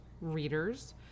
readers